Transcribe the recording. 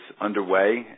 underway